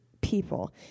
people